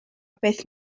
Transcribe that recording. beth